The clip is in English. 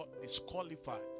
disqualified